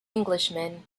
englishman